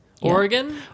Oregon